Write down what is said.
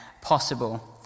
possible